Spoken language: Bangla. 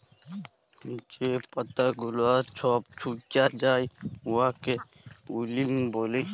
যে পাতা গুলাল ছব ছুকাঁয় যায় উয়াকে উইল্টিং ব্যলে